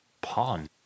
pawn